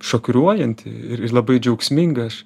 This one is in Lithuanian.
šokiruojanti ir ir labai džiaugsminga aš